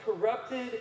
corrupted